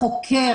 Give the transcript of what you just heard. החוקר